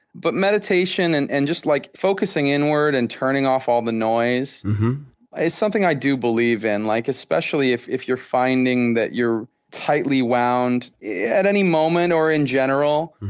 but meditation and and just like focusing inward and turning off all the noise is something i do believe in. like, especially if if you're finding that you're tightly wound at any moment or in general,